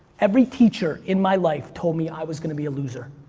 every teacher in my life told me i was gonna be a loser,